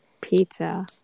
pizza